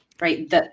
right